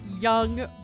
young